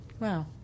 Wow